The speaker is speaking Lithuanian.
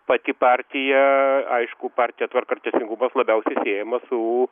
pati partija aišku partija tvarka ir teisingumas labiausiai siejama su